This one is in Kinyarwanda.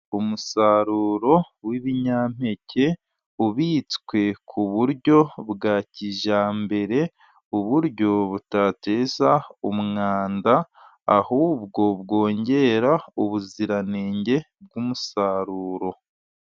Umusaruro w'ibinyampeke ubitswe ku buryo bwa kijyambere, uburyo butateza umwanda ahubwo bwongera ubuziranenge bw'umusaruro.